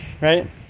right